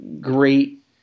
great